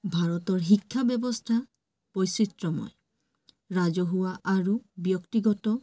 ভাৰতৰ শিক্ষা ব্যৱস্থা বৈচিত্ৰময় ৰাজহুৱা আৰু ব্যক্তিগত